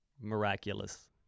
miraculous